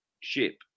ship